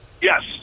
Yes